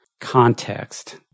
context